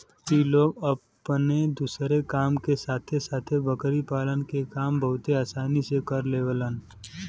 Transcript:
इ लोग अपने दूसरे काम के साथे साथे बकरी पालन के काम बहुते आसानी से कर लेवलन